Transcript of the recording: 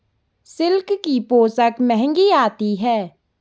silk की पोशाक महंगी आती है